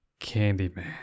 Candyman